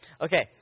Okay